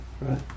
right